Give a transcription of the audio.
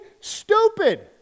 stupid